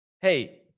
Hey